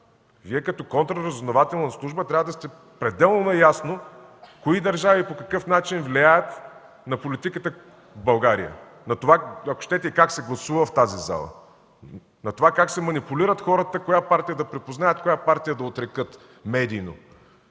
Вие като контраразузнавателна служба трябва да сте пределно наясно кои държави и по какъв начин влияят на политиката в България, ако щете и на това – как се гласува в тази зала, как се манипулират хората коя партия да припознаят, коя партия да отрекат медийно.